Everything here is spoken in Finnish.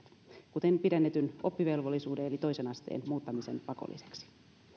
kuten pidennetyn oppivelvollisuuden eli toisen asteen muuttamisen pakolliseksi